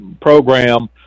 program